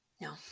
No